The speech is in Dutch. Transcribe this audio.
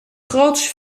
groots